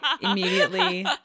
immediately